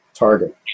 target